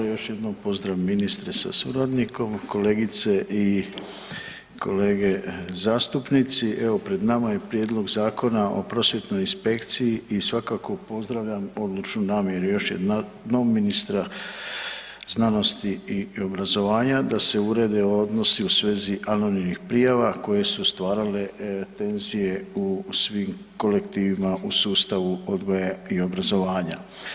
Još jednom pozdrav ministre sa suradnikom, kolegice i kolege zastupnici evo pred nama je Prijedlog Zakona o prosvjetnoj inspekciji i svakako pozdravljam odličnu namjeru još jednom ministra znanosti i obrazovanja da se urede odnosi u svezi anonimnih prijava koje su stvarale tenzije u svim kolektivima u sustavu odgoja i obrazovanja.